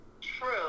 True